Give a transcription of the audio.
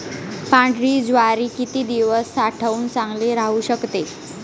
पांढरी ज्वारी किती दिवस साठवून चांगली राहू शकते?